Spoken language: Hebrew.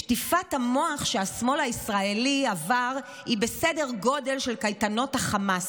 שטיפת המוח שהשמאל הישראלי עבר היא בסדר גודל של קייטנות החמאס.